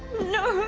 no,